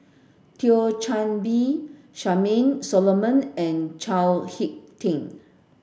Thio Chan Bee Charmaine Solomon and Chao Hick Tin